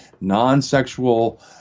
non-sexual